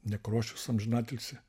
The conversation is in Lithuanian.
nekrošius amžinatilsį